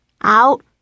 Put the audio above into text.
Out